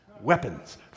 Weapons